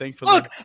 Look